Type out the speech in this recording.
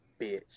bitch